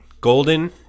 Golden